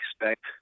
expect